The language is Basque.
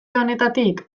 honetatik